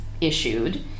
issued